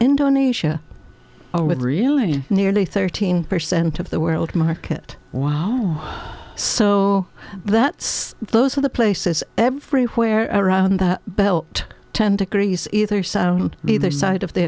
indonesia are with really nearly thirteen percent of the world market wow so that's those are the places everywhere around that belt ten degrees either sound either side of the